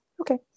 Okay